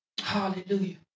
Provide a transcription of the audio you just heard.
Hallelujah